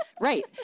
Right